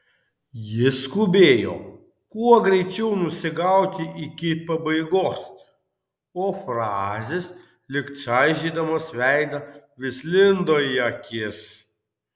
ji skubėjo kuo greičiau nusigauti iki pabaigos o frazės lyg čaižydamos veidą vis lindo į akis